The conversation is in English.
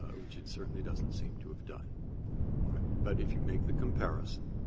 which it certainly doesn't seem to have done all right? but if you make the comparison,